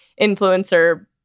influencer